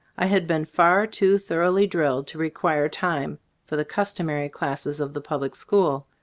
i had been far too thoroughly drilled' to require time for the customary classes of the public school,